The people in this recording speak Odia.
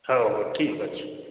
ହଉ ଠିକ୍ ଅଛି